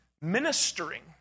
ministering